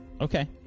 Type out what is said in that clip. Okay